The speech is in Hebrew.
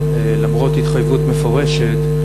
למרות התחייבות מפורשת,